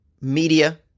media